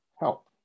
help